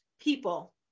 people